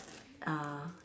uh